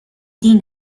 دین